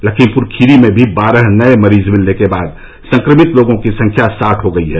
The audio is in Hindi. लखीमपुर खीरी में भी बारह नए मरीज मिलने के बाद संक्रमित लोगों की संख्या साठ हो गई है